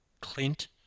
Clint